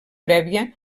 prèvia